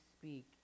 speak